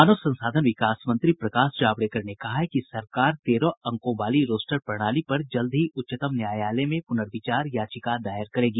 मानव संसाधन विकास मंत्री प्रकाश जावड़ेकर ने कहा है कि सरकार तेरह अंकों वाली रोस्टर प्रणाली पर जल्द ही उच्चतम न्यायालय में प्रनर्विचार याचिका दायर करेगी